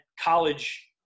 college